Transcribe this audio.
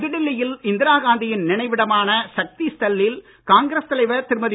புதுடில்லி யில் இந்திரா காந்தி யின் நினைவிடமான சக்தி ஸ்தல்லில் காங்கிரஸ் தலைவர் திருமதி